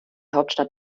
hauptstadt